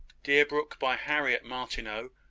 deerbrook, by harriet martineau.